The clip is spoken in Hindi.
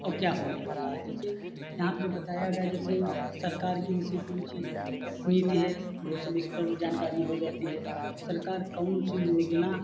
और क्या होने वाला है जैसे यहाँ पर बताया गया जैसे सरकार की जैसे कोई चीज़ नीति है वह सब इस पर जानकारी हो जाती है सरकार कौनसी योजना